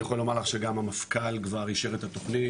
אני יכול לומר לך שגם המפכ"ל כבר אישר את התוכנית